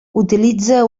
utilitza